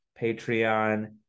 Patreon